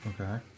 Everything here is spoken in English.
Okay